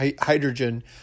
hydrogen